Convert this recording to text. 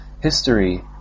history